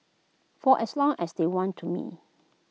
for as long as they want me to